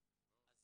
זה